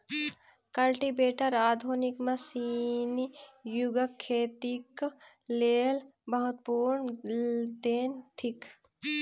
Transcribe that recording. cultivator आधुनिक मशीनी युगक खेतीक लेल महत्वपूर्ण देन थिक